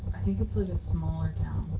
i think it's like a smaller